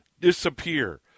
disappear